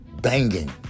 banging